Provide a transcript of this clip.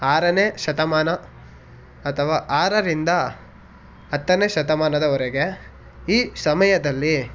ಆರನೇ ಶತಮಾನ ಅಥವಾ ಆರರಿಂದ ಹತ್ತನೇ ಶತಮಾನದವರೆಗೆ ಈ ಸಮಯದಲ್ಲಿ